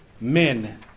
men